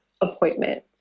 appointment